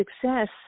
success